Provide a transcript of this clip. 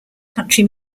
country